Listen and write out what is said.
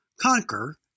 conquer